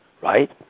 right